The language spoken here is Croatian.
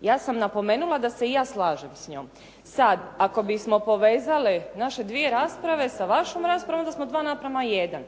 Ja sam napomenula da se i ja slažem s njom. Sad ako bismo povezali naše dvije rasprave sa vašom raspravom onda smo 2:1.